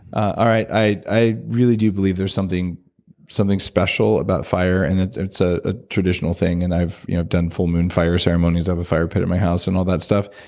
i i really do believe there's something something special about fire, and it's it's ah a traditional thing. and i've you know i've done full moon fire ceremonies. i have a fire pit at my house and all that stuff.